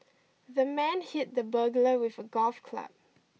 the man hit the burglar with a golf club